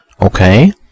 Okay